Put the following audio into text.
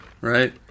right